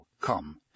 Come